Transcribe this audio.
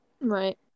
Right